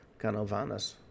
Canovanas